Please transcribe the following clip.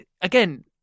again